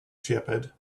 shepherd